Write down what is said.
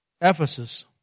Ephesus